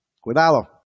Cuidado